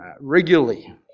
regularly